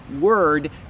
word